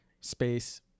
space